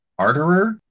Arterer